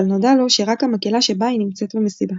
אבל נודע לו שרק המקהלה שבה היא נמצאת במסיבה.